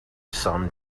some